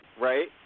right